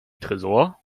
tresor